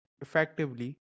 effectively